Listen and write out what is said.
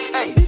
Hey